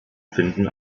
finden